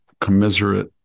commiserate